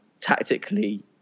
tactically